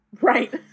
Right